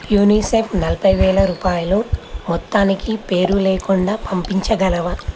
UNICEF నలభై వేల రూపాయల మొత్తానికి పేరులేకుండా పంపించగలవా